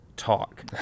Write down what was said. talk